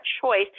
choice